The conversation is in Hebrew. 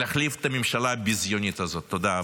ולהחליף את הממשלה הביזיונית הזאת, תודה רבה.